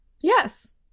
Yes